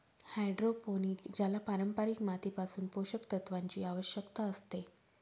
hydroponic ज्याला पारंपारिक मातीपासून पोषक तत्वांची आवश्यकता असते